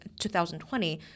2020